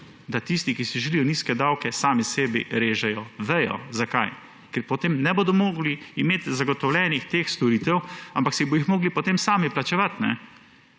da tisti, ki si želijo nizke davke, sami sebi režejo vezo. Zakaj? Ker potem ne bodo mogli imeti zagotovljenih teh storitev, ampak si jih bodo potem sami plačevati.